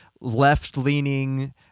left-leaning